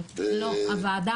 לא, הוועדה